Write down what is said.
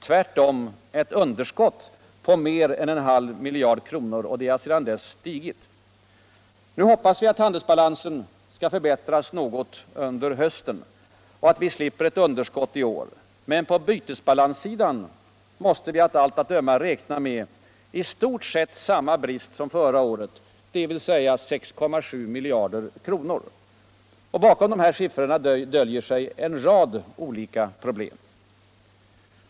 Tvärtom ett underskott på mer än en halv miljard kronor, och det har sedan dess ökat. Nu höppas vi att handelsbalansen skall förbättras nägot under hösten och att vi slipper eu underskow i Allmänpolitisk debatt Allmänpolitisk debatt +0 år, men på bytesbalanssidan måste vi av allt att döma räkna med i stort sett summa brist som förra året, dvs. 6,7 miljarder kronor. Bakom dessa siffror döljer sig en rad olika problem.